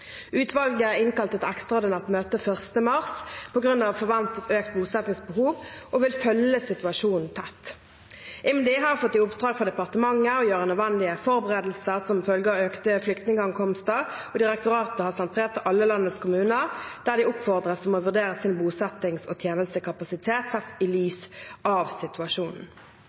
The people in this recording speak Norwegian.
Utvalget innkalte til et ekstraordinært møte 1. mars på grunn av forventet økt bosettingsbehov og vil følge situasjonen tett. IMDi har fått i oppdrag av departementet å gjøre nødvendige forberedelser som følge av økte flyktningankomster. Direktoratet har sendt brev til alle landets kommuner, der de oppfordres om å vurdere sin bosettings- og tjenestekapasitet, sett i lys av situasjonen.